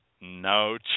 no